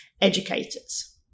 educators